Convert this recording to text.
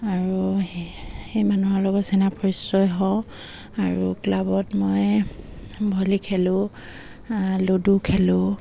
আৰু সেই মানুহৰ লগত চিনা পৰিচয় হওঁ আৰু ক্লাবত মই ভলী খেলোঁ লুডু খেলোঁ